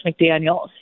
McDaniels